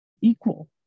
equal